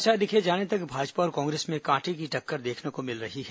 समाचार लिखे जाने तक भाजपा और कांग्रेस में कांटे की टक्कर देखने को मिल रही है